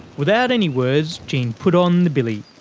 without any words, jean put on the billy.